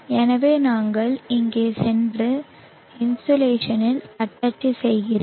எனவே நாங்கள் இங்கே சென்று இன்சோலேஷனில் தட்டச்சு செய்கிறேன்